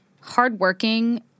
hardworking